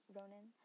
Ronan